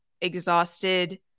exhausted